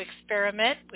experiment